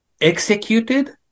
executed